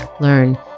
learn